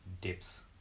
dips